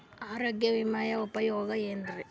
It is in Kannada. ಆರೋಗ್ಯ ವಿಮೆಯ ಉಪಯೋಗ ಏನ್ರೀ?